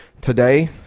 today